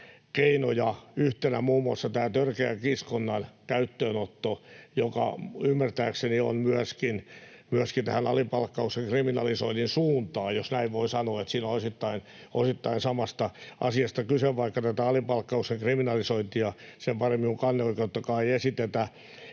keinoja, yhtenä muun muassa tämä törkeän kiskonnan ehkäisemisen käyttöönotto, joka ymmärtääkseni on myöskin tähän alipalkkauksen kriminalisoinnin suuntaan, jos näin voi sanoa. Siinä on osittain samasta asiasta kyse, vaikka tätä alipalkkauksen kriminalisointia sen paremmin kuin kanneoikeuttakaan ei esitetä.